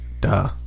Duh